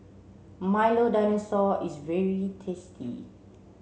Milo Dinosaur is very tasty